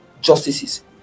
justices